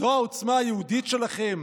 זו העוצמה היהודית שלכם?